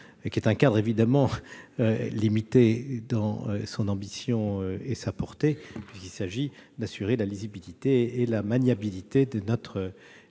qui est évidemment limité dans son ambition et sa portée. En effet, il s'agit d'assurer la lisibilité et la maniabilité de notre